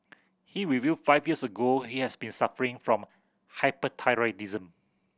he revealed five years ago he has been suffering from hyperthyroidism